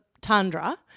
tundra